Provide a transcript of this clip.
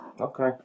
Okay